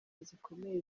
zikomeye